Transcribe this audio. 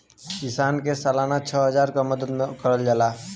किसान के सालाना छः हजार क मदद करल जाला